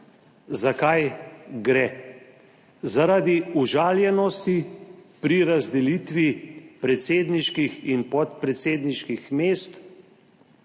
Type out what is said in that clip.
Za kaj gre? Zaradi užaljenosti pri razdelitvi predsedniških in podpredsedniških mest,